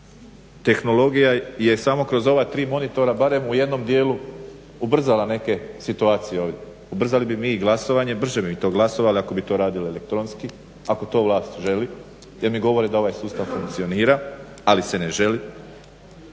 tehnologija je samo kroz ova tri monitora barem u jednom dijelu ubrzala neke situacije. Ubrzali bi mi i glasovanje, brže bi to radili ako bi to radili elektronski ako to vlast želi jer mi govore da ovaj sustav funkcionira ali se ne želi.